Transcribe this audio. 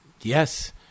Yes